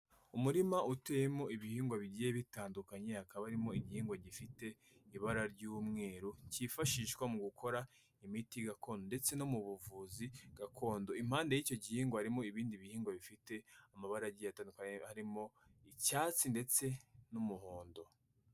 Umurima uteyemo ibihingwa bigiye bitandukanye, hakaba harimo igihingwa gifite ibara ry'umweru cyifashishwa mu gukora imiti gakondo ndetse no mu buvuzi gakondo. Impande y'icyo gihingwa harimo ibindi bihingwa bifite amabara agiye atandukanye harimo icyatsi ndetse n'umuhondo.